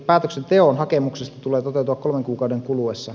päätöksenteon hakemuksesta tulee toteutua kolmen kuukauden kuluessa